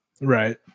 Right